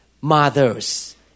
mothers